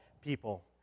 people